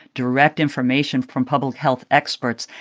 direct information from public health experts.